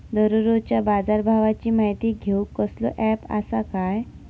दररोजच्या बाजारभावाची माहिती घेऊक कसलो अँप आसा काय?